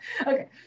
Okay